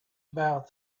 about